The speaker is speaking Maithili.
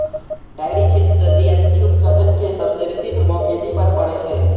डेयरी क्षेत्र सं जी.एच.सी उत्सर्जनक सबसं बेसी प्रभाव खेती पर पड़ै छै